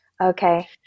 Okay